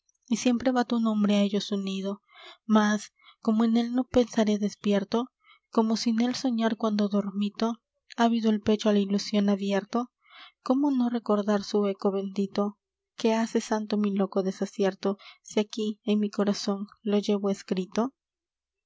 y siempre va tu nombre á ellos unido mas cómo en él no pensaré despierto cómo sin él soñar cuando dormito ávido el pecho á la ilusion abierto cómo no recordar su eco bendito que hace santo mi loco desacierto si aquí en mi corazon lo llevo escrito